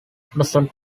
present